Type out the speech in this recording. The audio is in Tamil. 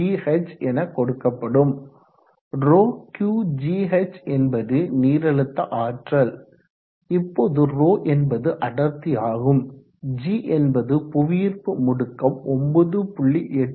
இது ddt ρQgh எனக்கொடுக்கப்படும் ρQgh என்பது நீரழுத்த ஆற்றல் இப்போது ρ என்பது அடர்த்தி ஆகும் g என்பது புவியீர்ப்பு முடுக்கம் 9